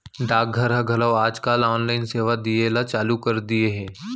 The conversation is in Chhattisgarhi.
डाक घर ह घलौ आज काल ऑनलाइन सेवा दिये ल चालू कर दिये हे